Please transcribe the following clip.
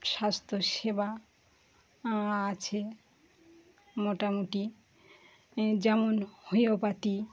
স্বাস্থ্যসেবা আছে মোটামুটি যেমন হোমিওপাথি